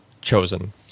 chosen